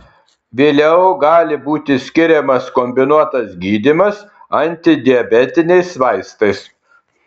vėliau gali būti skiriamas kombinuotas gydymas antidiabetiniais vaistais